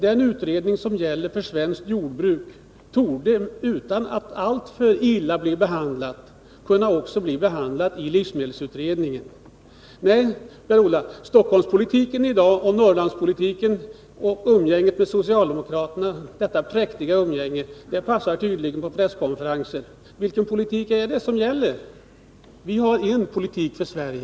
Det jordbruk som bedrivs där torde utan att bli alltför illa behandlat kunna behandlas i livsmedelsutredningen. Stockholmspolitik och Norrlandspolitik. Umgänget med socialdemokraterna—detta präktiga umgänge — passar tydligen på presskonferenser. Vilken politik är det som gäller? Vi har en politik för Sverige.